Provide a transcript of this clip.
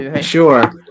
Sure